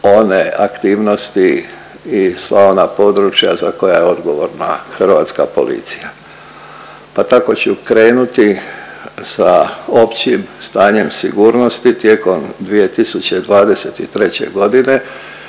one aktivnosti i sva ona područja za koja je odgovorna hrvatska policija. Pa tako ću krenuti sa općim stanjem sigurnosti tijekom 2023. godine